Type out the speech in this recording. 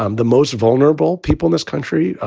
um the most vulnerable people in this country,